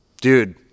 Dude